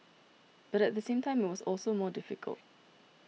but at the same time it was also more difficult